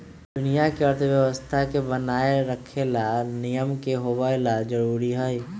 दुनिया के अर्थव्यवस्था के बनाये रखे ला नियम के होवे ला जरूरी हई